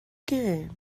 game